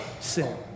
sin